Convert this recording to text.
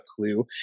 clue